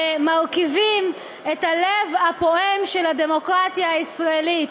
מרכיבים את הלב הפועם של הדמוקרטיה הישראלית.